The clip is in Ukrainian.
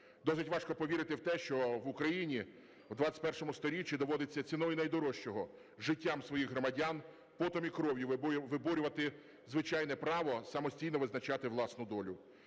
Досить важко повірити в те, що в Україні у ХХІ сторіччі доводиться ціною найдорожчого – життям своїх громадян, потом і кров'ю, виборювати звичайне право самостійно визначати власну долю.